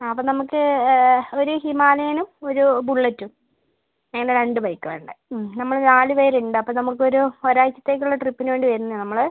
ആ അപ്പോൾ നമുക്ക് ഒരു ഹിമാലയനും ഒരു ബുള്ളറ്റും അങ്ങനെ രണ്ടു ബൈക്ക് വേണ്ടത് നമ്മൾ നാലു പേരുണ്ട് അപ്പോൾ നമുക്കൊരു ഒരു ഒരാഴ്ചത്തേക്കുള്ള ട്രിപ്പിന് വേണ്ടി വരുന്നതാണ് നമ്മൾ